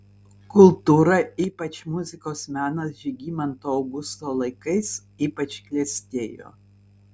kultūra ypač muzikos menas žygimanto augusto laikais ypač klestėjo